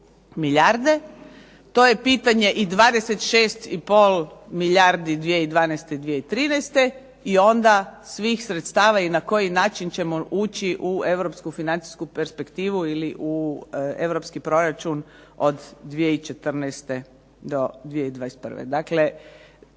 milijarde, to je pitanje i 26,5 milijardi 2012., 2013. i onda svih sredstava i na koji način ćemo ući u europsku financijsku perspektivu ili u europski proračun od 2014. do 2021. Dakle,